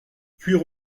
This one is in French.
cuire